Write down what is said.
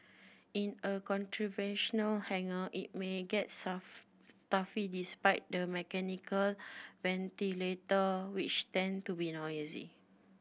in a hangar it may get stuffy despite the mechanical ventilator which tend to be noisy